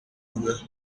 nibura